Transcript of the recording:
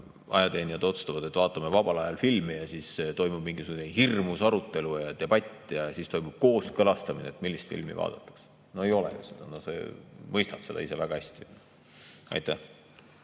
ajateenijad [pakuvad], et vaatame vabal ajal seda filmi, ja siis toimub mingisugune hirmus arutelu ja debatt ja kooskõlastamine, millist filmi vaadatakse. No ei ole! Sa mõistad seda ise väga hästi. Aitäh!